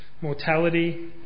mortality